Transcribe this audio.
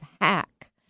hack